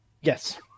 Yes